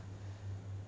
!wah! 这样好听的 de